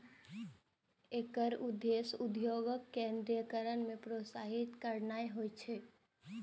एकर उद्देश्य उद्योगक विकेंद्रीकरण कें प्रोत्साहित करनाय होइ छै